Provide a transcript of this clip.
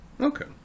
okay